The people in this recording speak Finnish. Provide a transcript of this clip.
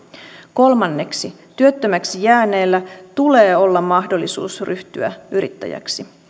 kolmanneksi työttömäksi jääneellä tulee olla mahdollisuus ryhtyä yrittäjäksi